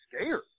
scared